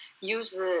use